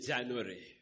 January